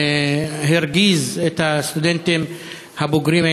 הרגיז את הסטודנטים הבוגרים,